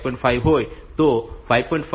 5 હોય તો 5